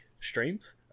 streams